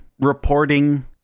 reporting